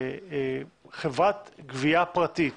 שחברת גבייה פרטית